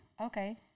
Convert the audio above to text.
Okay